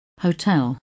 Hotel